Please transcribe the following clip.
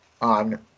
on